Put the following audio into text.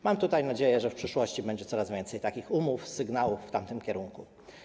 Mam tutaj nadzieję, że w przyszłości będzie coraz więcej takich umów, sygnałów w tamtym kierunku.